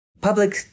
Public